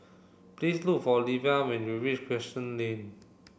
please look for Leia when you reach Crescent Lane